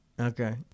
Okay